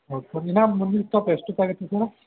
ಹೌದು ಸರ್ ಇನ್ನೊಂದು ಮುಂದಿನ ಸ್ಟಾಪ್ ಎಷ್ಟೊತ್ತು ಆಗತ್ತೆ ಸರ್